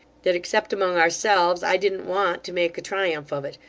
that, except among ourselves, i didn't want to make a triumph of it.